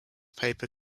paper